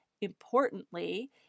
importantly